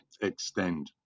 extend